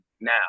now